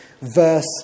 verse